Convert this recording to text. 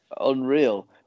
unreal